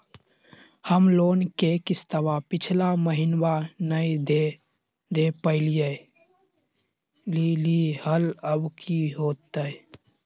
हम लोन के किस्तवा पिछला महिनवा नई दे दे पई लिए लिए हल, अब की होतई?